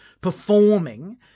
performing